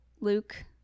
Luke